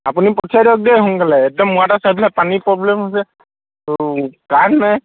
আপুনি পঠিয়াই দিয়ক দেই সোনকালে একদম ৱাটাৰ চাপ্লাই পানী প্ৰব্লেম হৈছে তো কাৰেণ্ট নাই